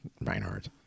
Reinhardt